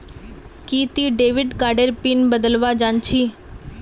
कि ती डेविड कार्डेर पिन बदलवा जानछी